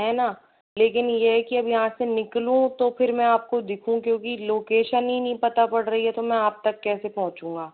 है ना लेकिन यह है की अब यहाँ से निकलूँ तो फिर मैं आपको दिखूँ क्योंकि लोकेशन ही नहीं पता पड़ रही है तो फिर मैं आप तक कैसे पहुँचूँगा